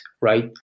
right